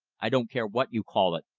i don't care what you call it,